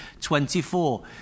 24